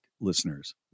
listeners